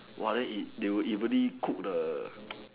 !whoa! then it they would evenly cook the